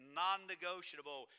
non-negotiable